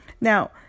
now